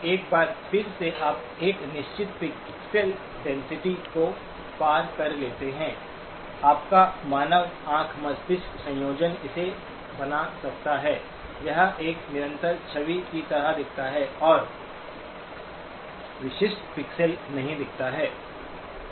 एक बार फिर से आप एक निश्चित पिक्सेल डेंसिटी को पार कर लेते हैं आपका मानव आंख मस्तिष्क संयोजन इसे बना सकता है यह एक निरंतर छवि की तरह दिखता है और विशिष्ट पिक्सेल नहीं दिखता है